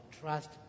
trust